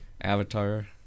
Avatar